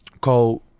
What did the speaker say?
called